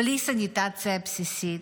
בלי סניטציה בסיסית,